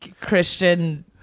Christian